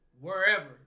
wherever